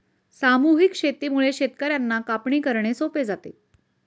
सामूहिक शेतीमुळे शेतकर्यांना कापणी करणे सोपे जाते